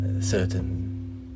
certain